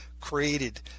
created